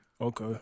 Okay